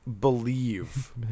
believe